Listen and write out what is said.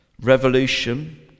revolution